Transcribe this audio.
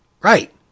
Right